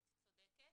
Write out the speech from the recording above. את צודקת,